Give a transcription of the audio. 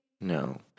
No